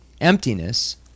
emptiness